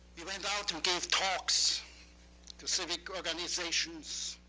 we went out and gave talks to civic organizations,